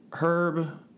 Herb